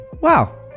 wow